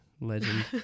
Legend